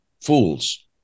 fools